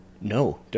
No